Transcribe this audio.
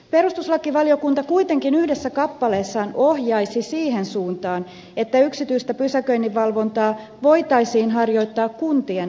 perustuslakivaliokunta kuitenkin yhdessä kappaleessaan ohjaisi siihen suuntaan että yksityistä pysäköinninvalvontaa voitaisiin harjoittaa kuntien alaisuudessa